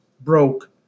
broke